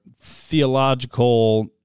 theological